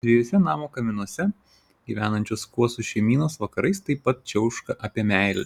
dviejuose namo kaminuose gyvenančios kuosų šeimynos vakarais taip pat čiauška apie meilę